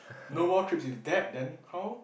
no more trips with dad then how